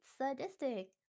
sadistic